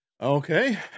Okay